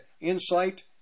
insight